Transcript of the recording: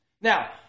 Now